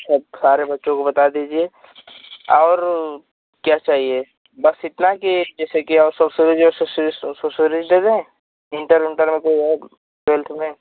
सब सारे बच्चों को बता दीजिए और क्या चाहिए बस इतना की जैसे की और सोशियलॉजी और सोशल साइंस दे दें इंटर उण्टर में है टवेल्थ में